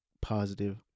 positive